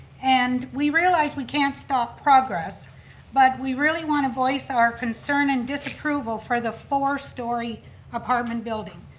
and we realize we can't stop progress but we really want to voice our concern and disapproval for the four story apartment building.